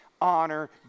Honor